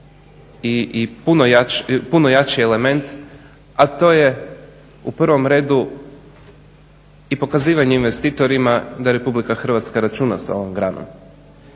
i puno jači element a to je u prvom redu i pokazivanje investitorima da Rh računa sa ovom granom.